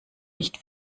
nicht